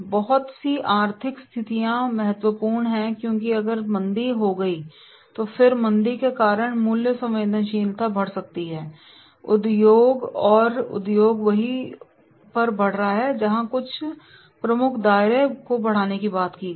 बहुत सी आर्थिक स्थितियां महत्वपूर्ण है क्योंकि अगर मंदी हो गई तो फिर मंदी के कारण मूल्य संवेदनशीलता बढ़ सकती है उद्योग भी वही है और उद्योग वहीं पर बढ़ रहा है जहां कुछ प्रमुख दायरे को बढ़ाने की बात की गई है